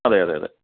അതെ അതെ അതെ